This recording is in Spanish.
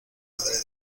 madre